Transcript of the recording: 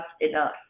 enough